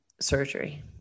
surgery